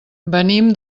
venim